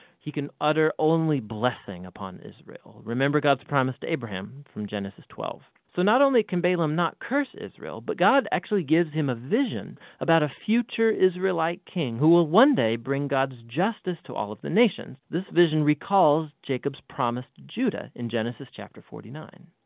he can utter only blessing upon israel. remember god's promise to abraham from genesis twelve. so not only can balaam not curse israel, but god actually gives him a vision about a future israelite king who will one day bring god's justice to all of the nations. this vision recalls jacob's promise to judah in genesis chapter forty nine.